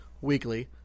weekly